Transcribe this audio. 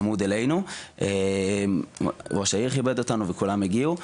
צמוד אלינו, ראש העיר כיבד אותנו וכולם הגיעו.